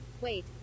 Wait